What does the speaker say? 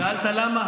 שאלת למה?